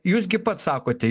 jūs gi pats sakote